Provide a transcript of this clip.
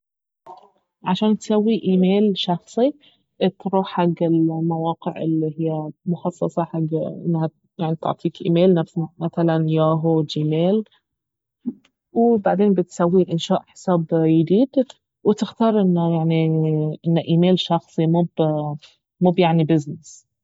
عشان تسوي ايميل شخصي تروح حق المواقع الي اهيا مخصصة حق انها يعني تعطيك ايميل نفس مثلا ياهو جيميل وبعدين بتسوي انشاء حساب يديد وتختار انه يعني انه ايميل شخصي مب- مب يعني بزنس